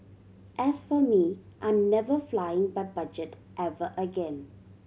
as for me I'm never flying by budget ever again